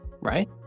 right